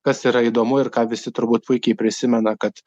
kas yra įdomu ir ką visi turbūt puikiai prisimena kad